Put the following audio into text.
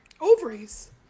ovaries